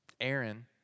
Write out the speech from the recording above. Aaron